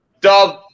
dub